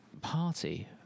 party